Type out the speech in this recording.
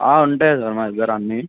ఉంటాయి సార్ మా దగ్గర అన్నీ